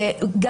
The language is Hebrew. גם